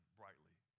brightly